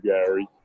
Gary